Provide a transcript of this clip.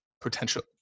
potential